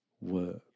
work